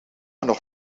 nog